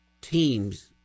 teams